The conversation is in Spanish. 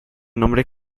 nombre